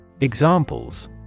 Examples